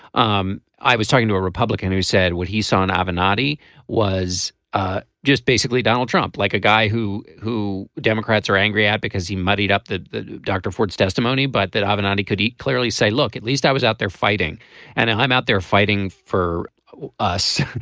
um i was talking to a republican who said when he saw an avid ah party was ah just basically donald trump like a guy who who democrats are angry at because he muddied up that dr. ford's testimony but that haven't and ah he could eat clearly say look at least i was out there fighting and then i'm out there fighting for us.